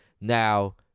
Now